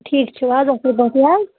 ٹھیکھ چھُو حظ اصل پاٹھۍ چھُو حظ